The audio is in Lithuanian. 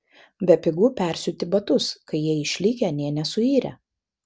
bepigu persiūti batus kai jie išlikę nė nesuirę